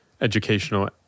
educational